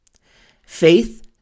Faith